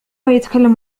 يتكلم